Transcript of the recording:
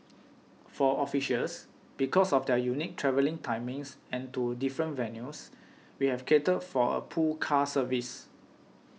for officials because of their unique travelling timings and to different venues we have catered for a pool car service